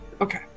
okay